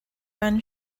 run